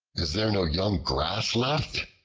is there no young grass left?